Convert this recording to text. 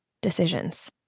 decisions